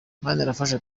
manirafasha